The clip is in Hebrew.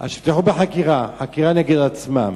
אז שיפתחו בחקירה, חקירה נגד עצמם.